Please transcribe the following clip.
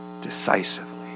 decisively